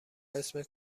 اسم